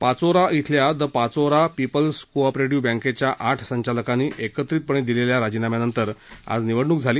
पाचोरा इथल्या the Pachora peoples cooperative बँकेच्या आठ संचालकांनी एकत्रितपणे दिलेल्या राजीनाम्यानंतर आज निवडणूक झाली